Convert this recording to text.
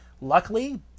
Luckily